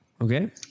Okay